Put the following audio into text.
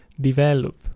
develop